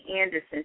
Anderson